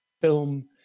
film